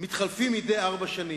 מתחלפים מדי ארבע שנים.